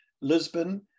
Lisbon